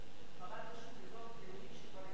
חבל לזרוק דיונים שכבר היו.